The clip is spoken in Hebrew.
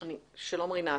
ה-20,